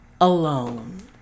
alone